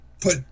put